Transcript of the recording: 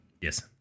Yes